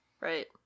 right